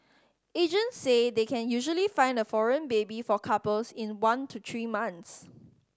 agents say they can usually find a foreign baby for couples in one to three months